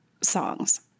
songs